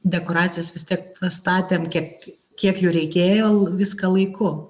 dekoracijas vis tiek pastatėm kiek kiek jų reikėjo viską laiku